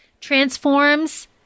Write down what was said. transforms